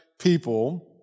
people